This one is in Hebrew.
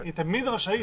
היא תמיד רשאית.